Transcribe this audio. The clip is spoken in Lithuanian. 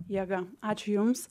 jėga ačiū jums